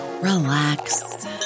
relax